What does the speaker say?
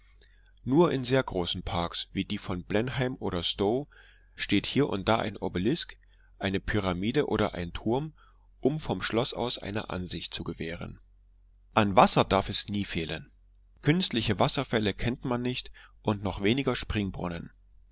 nur in sehr großen parks wie die von blenheim oder stowe steht hier und da ein obelisk eine pyramide oder ein turm um vom schloß aus eine ansicht zu gewähren an wasser darf es nie fehlen künstliche wasserfälle kennt man nicht und noch weniger springbrunnen